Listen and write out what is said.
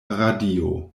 radio